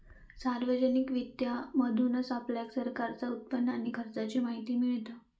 सार्वजनिक वित्त मधसून आपल्याक सरकारचा उत्पन्न आणि खर्चाची माहिती मिळता